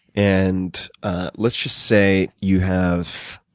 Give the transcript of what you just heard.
and let's just say you have